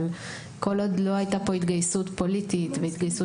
אבל כל עוד לא הייתה פה התגייסות פוליטית והתגייסות